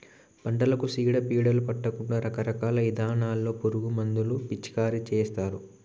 పంటలకు సీడ పీడలు పట్టకుండా రకరకాల ఇథానాల్లో పురుగు మందులు పిచికారీ చేస్తారు